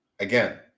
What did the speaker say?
Again